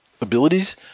abilities